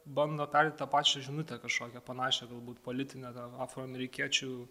bando perteikt tą pačią žinutę kažkokią panašią galbūt politinę gal afroamerikiečių